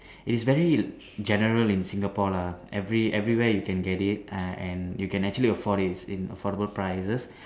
it is very general in Singapore lah every every where you can get it uh and you can actually afford it in affordable prices